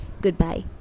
goodbye